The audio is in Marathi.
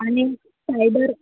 आणि सायडर